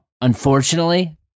Unfortunately